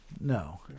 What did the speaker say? No